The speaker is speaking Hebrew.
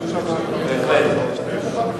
ויעלו שם דברים ורעיונות.